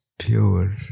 pure